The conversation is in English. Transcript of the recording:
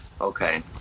okay